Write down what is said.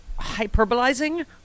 hyperbolizing